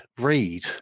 read